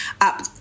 up